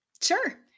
Sure